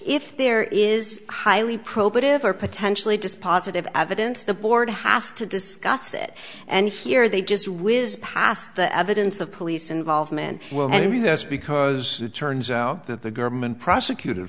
if there is highly probative or potentially just positive evidence the board has to discuss it and here they just whiz past the evidence of police involvement in this because it turns out that the government prosecut